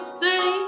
say